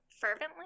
fervently